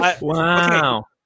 wow